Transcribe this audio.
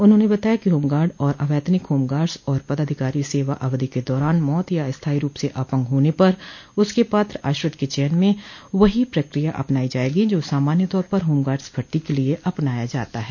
उन्होंने बताया कि होमगार्ड और अवैतनिक होमगार्ड्स व पदाधिकारी सेवा अवधि के दौरान मौत या स्थायी रूप से अपंग होने पर उसके पात्र आश्रित के चयन में वहीं प्रक्रिया अपनाई जायेगी जो सामान्य तौर पर होमगार्ड्स भर्ती के लिये अपनाया जाता है